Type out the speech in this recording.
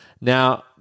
Now